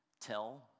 tell